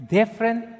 different